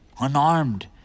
unarmed